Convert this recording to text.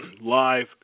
live